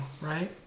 right